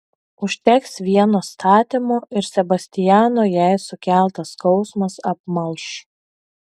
užteks vieno statymo ir sebastiano jai sukeltas skausmas apmalš